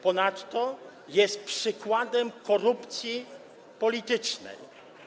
Ponadto jest przykładem korupcji politycznej.